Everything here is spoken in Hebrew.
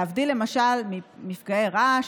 להבדיל למשל ממפגעי רעש,